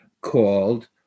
called